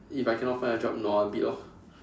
if I cannot find a job nua a bit orh